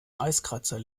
eiskratzer